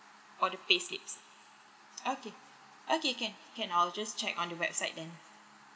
or the pay slips okay okay can can I'll just check on the website then